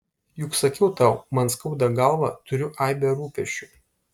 juk sakiau tau man skauda galvą turiu aibę rūpesčių